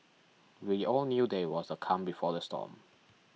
we all knew that it was the calm before the storm